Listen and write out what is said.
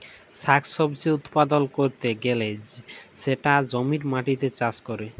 শাক সবজি উৎপাদল ক্যরতে গ্যালে সেটা জমির মাটিতে চাষ ক্যরে